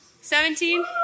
seventeen